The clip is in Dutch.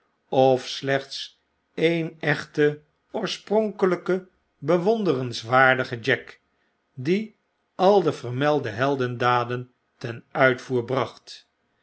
of slechts ee'n echte oorspronkelpe bewonderenswaardige jack die al de vermelde heldendaden ten uitvoer bracht